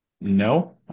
No